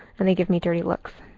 and they give me dirty looks.